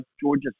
Georgia